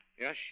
Yes